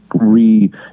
re